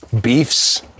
beefs